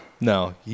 No